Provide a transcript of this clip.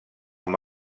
amb